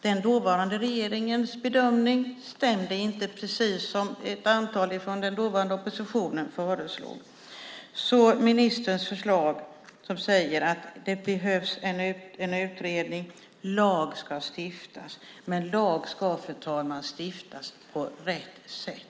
Den dåvarande regeringens bedömning stämde inte, precis som ett antal från den dåvarande oppositionen föreslog. Ministerns förslag säger att det behövs en utredning. Lag ska stiftas, men lag ska, fru talman, stiftas på rätt sätt.